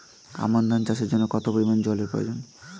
আমন ধান চাষের জন্য কত পরিমান জল এর প্রয়োজন?